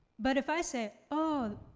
but if i say, oh,